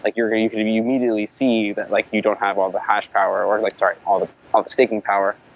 like you kind of you immediately see that like you don't have all the hash power, or and like sorry, all the um staking power,